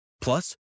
Plus